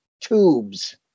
tubes